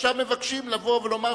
ועכשיו מבקשים לבוא ולומר,